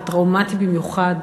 וטראומטי במיוחד,